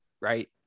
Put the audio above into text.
right